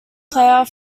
player